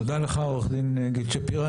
תודה לך, עורך דין גיל שפירא.